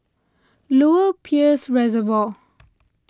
Lower Peirce Reservoir